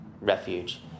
refuge